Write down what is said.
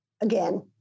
again